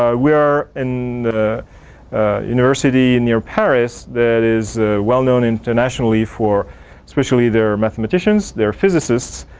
ah we are in the university and near paris that is well-known internationally for specially their mathematicians, their physicists,